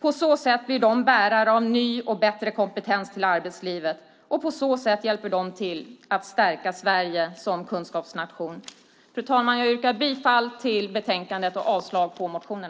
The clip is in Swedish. På så sätt blir de bärare av ny och bättre kompetens till arbetslivet, och på så sätt hjälper de att stärka Sverige som kunskapsnation. Fru talman! Jag yrkar bifall till förslaget i betänkandet och avslag på motionerna.